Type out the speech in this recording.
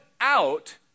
out